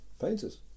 Painters